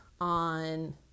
on